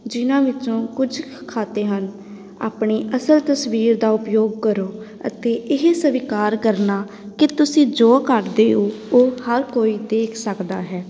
ਜਿਹਨਾਂ ਵਿੱਚੋਂ ਕੁਝ ਖ ਖਾਤੇ ਹਨ ਆਪਣੀ ਅਸਲ ਤਸਵੀਰ ਦਾ ਉਪਯੋਗ ਕਰੋ ਅਤੇ ਇਹ ਸਵੀਕਾਰ ਕਰਨਾ ਕਿ ਤੁਸੀਂ ਜੋ ਕਰਦੇ ਹੋ ਉਹ ਹਰ ਕੋਈ ਦੇਖ ਸਕਦਾ ਹੈ